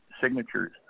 signatures